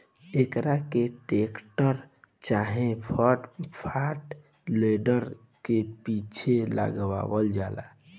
एकरा के टेक्टर चाहे फ्रंट लोडर के पीछे लगावल जाला